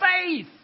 faith